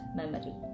memory